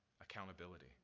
accountability